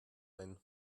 ein